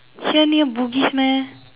here near Bugis meh